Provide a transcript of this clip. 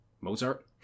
Mozart